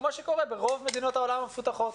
כמו שקורה ברוב המדינות המפותחות.